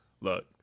look